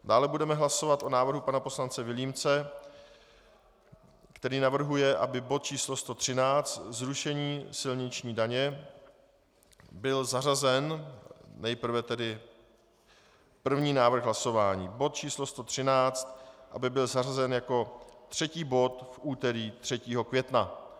Dále budeme hlasovat o návrhu pana poslance Vilímce, který navrhuje, aby bod číslo 113, zrušení silniční daně, byl zařazen nejprve tedy první návrh hlasování: bod číslo 113 aby byl zařazen jako třetí bod v úterý 3. května.